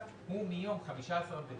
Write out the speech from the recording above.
מיום פרסומו של החוק.